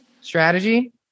strategy